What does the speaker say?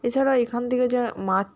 এছাড়াও এখান থেকে যে মাছ